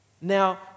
Now